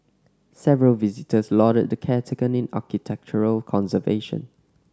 several visitors lauded the care taken in architectural conservation